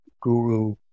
guru